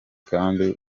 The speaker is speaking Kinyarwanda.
kandi